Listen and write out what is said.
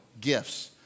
gifts